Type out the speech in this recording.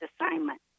assignment